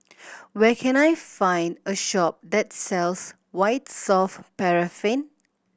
where can I find a shop that sells White Soft Paraffin